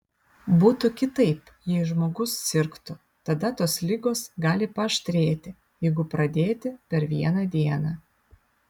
būtų kitaip jei žmogus sirgtų tada tos ligos gali paaštrėti jeigu pradėti per vieną dieną